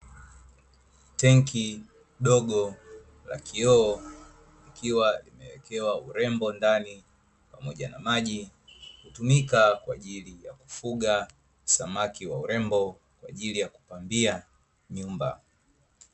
Tenki dogo la kioo likiwa limeekewa urembo ndani pamoja na maji, hutumika kwa ajili ya kufuga samaki wa urembo kwa ajili ya kupambia nyumba.